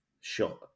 shot